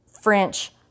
French